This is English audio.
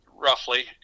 Roughly